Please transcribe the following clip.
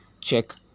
check